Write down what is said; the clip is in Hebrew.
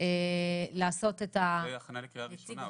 זה הכנה לקריאה ראשונה.